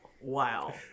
wow